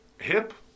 hip